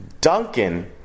Duncan